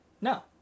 No